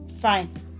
Fine